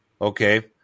Okay